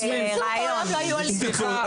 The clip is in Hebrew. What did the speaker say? סליחה,